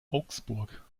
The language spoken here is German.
augsburg